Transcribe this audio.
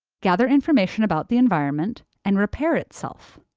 gather information about the environment, and repair itself.